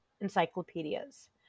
encyclopedias